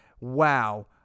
wow